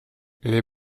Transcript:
les